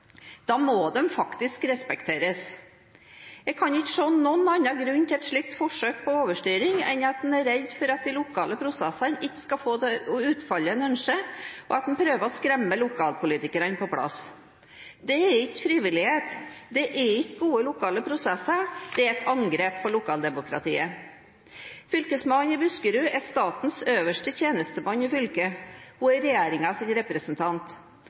Da må de faktisk respekteres. Jeg kan ikke se noen annen grunn til et slikt forsøk på overstyring enn at en er redd for at de lokale prosessene ikke skal få det utfallet en ønsker, og at en prøver å skremme lokalpolitikerne på plass. Det er ikke frivillighet, det er ikke gode lokale prosesser – det er et angrep på lokaldemokratiet. Fylkesmannen i Buskerud er statens øverste tjenestemann i fylket, hun er regjeringens representant.